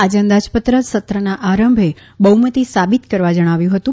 આજે અંદાજપત્ર સત્રના આરંભે બહ્મતી સાબીત કરવા જણાવ્યું હતું